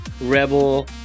rebel